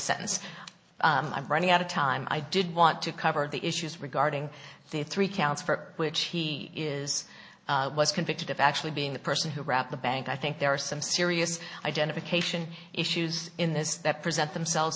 sentence i'm running out of time i did want to cover the issues regarding the three counts for which he is was convicted of actually being the person who wrapped the bank i think there are some serious identification issues in this that present themselves